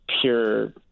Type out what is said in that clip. pure